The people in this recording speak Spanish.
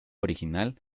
original